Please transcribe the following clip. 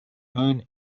own